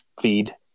Feed